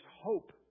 hope